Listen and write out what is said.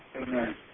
Amen